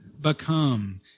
become